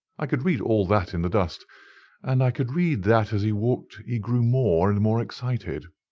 i could read all that in the dust and i could read that as he walked he grew more and more excited.